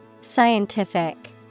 Scientific